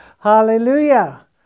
Hallelujah